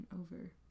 over